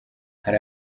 hari